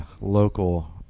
local